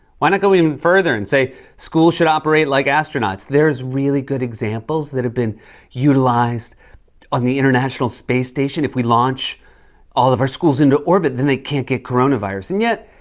why not go even um further and say schools should operate like astronauts? there's really good examples that have been utilized on the international space station. if we launch all of our schools into orbit, then they can't get coronavirus. and, yet,